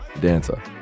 dancer